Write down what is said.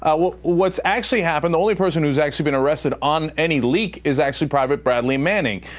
ah what what's actually happened, the only person who's actually been arrested on any leak is actually private bradley manning.